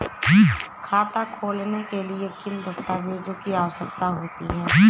खाता खोलने के लिए किन दस्तावेजों की आवश्यकता होती है?